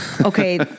Okay